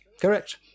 correct